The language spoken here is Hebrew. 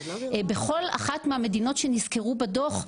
בכל אחת מהמדינות שנזכרו בדוח,